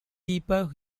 deeper